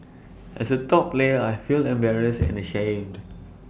as A top player I feel embarrassed and ashamed